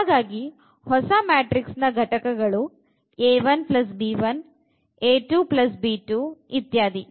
ಹಾಗಾಗಿ ಹೊಸ ಮ್ಯಾಟ್ರಿಕ್ಸ್ ನ ಘಟಕಗಳು a1b1 a2b2 ಇತ್ಯಾದಿ